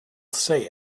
say